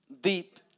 deep